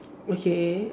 okay